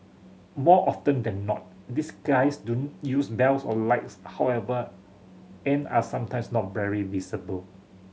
more often than not these guys don't use bells or lights however and are sometimes not very visible